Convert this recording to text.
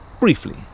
briefly